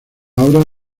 ahora